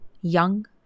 young